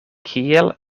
kiel